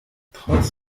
trotz